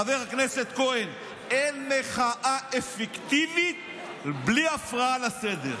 חבר הכנסת כהן: אין מחאה אפקטיבית בלי הפרעה לסדר.